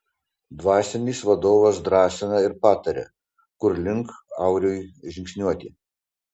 dvasinis vadovas drąsina ir pataria kur link auriui žingsniuoti